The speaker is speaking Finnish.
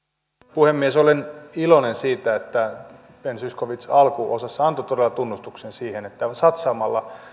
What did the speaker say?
puhemies olen iloinen siitä että ben zyskowicz alkuosassa antoi todella tunnustuksen siitä että satsaamalla